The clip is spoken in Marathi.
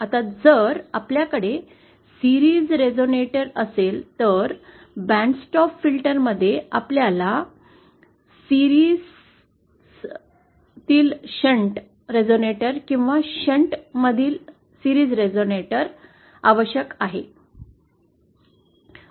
आता जर आपल्याकडे मालिका रेझोनेटर असेल तर बँड स्टॉप फिल्टरमध्ये आपल्याला मालिके तील शंट रेझोनेटर किंवा शंट मध्ये मालिका रेझोनेटर आवश्यक आहे